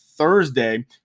Thursday